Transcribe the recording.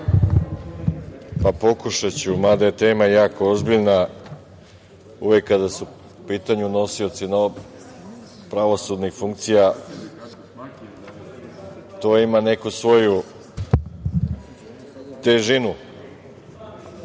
Pokušaću, mada je tema jako ozbiljna. Uvek kada su u pitanju nosioci pravosudnih funkcija, to ima neku svoju težinu. Prvo,